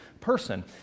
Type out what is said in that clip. person